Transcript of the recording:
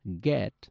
get